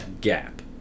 gap